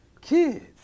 Kids